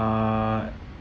uh